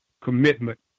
commitment